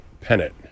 pennant